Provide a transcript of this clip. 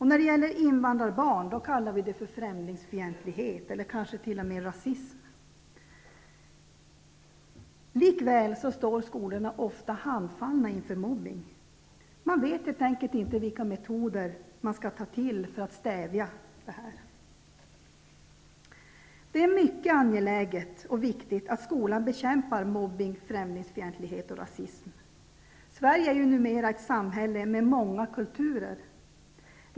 När det drabbar invandrarbarn kallas det främlingsfientlighet eller kanske t.o.m. rasism. Likväl står skolorna ofta handfallna inför mobbning. Man vet helt enkelt inte vilka metoder man skall ta till för att stävja det här. Det är mycket angeläget och viktigt att skolan bekämpar mobbning, främlingsfientlighet och rasism. Sverige är numera ett samhälle med många kulturer.